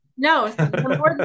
No